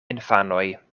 infanoj